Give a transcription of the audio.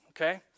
okay